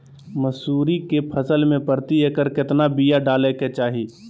मसूरी के फसल में प्रति एकड़ केतना बिया डाले के चाही?